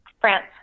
France